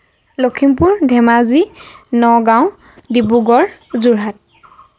Lakhimpur Dhemaji Nagaon Dibrugarh Jorhat